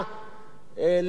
להסיע ולהחזיר.